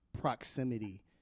proximity